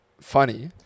funny